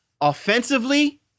offensively